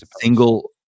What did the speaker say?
single